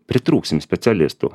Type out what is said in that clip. pritrūksim specialistų